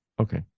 Okay